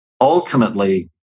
ultimately